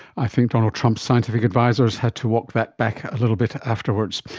i think donald trump's scientific advisors had to walk that back a little bit afterwards.